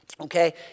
okay